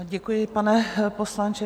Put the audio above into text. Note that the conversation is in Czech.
Děkuji, pane poslanče.